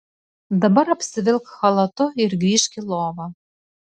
dabar apsivilk chalatu ir grįžk į lovą